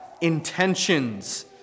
Intentions